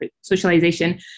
socialization